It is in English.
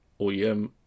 oem